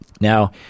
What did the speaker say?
now